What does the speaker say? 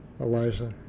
Elijah